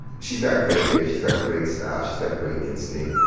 she's got great ears. she's got great style. she's got great instinct.